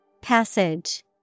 Passage